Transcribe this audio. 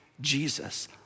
Jesus